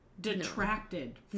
detracted